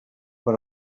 per